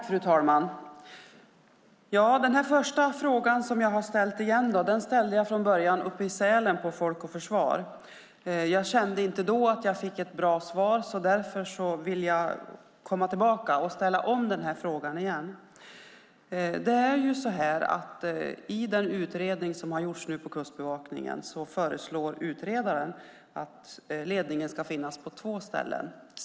Fru talman! Den första frågan ställde jag från början i Sälen på Folk och försvar. Jag kände inte då att jag fick ett bra svar, och därför vill jag komma tillbaka och ställa frågan igen. I den utredning som har gjorts på Kustbevakningen föreslås att ledningen ska finnas på två ställen.